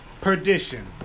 perdition